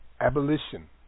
Abolition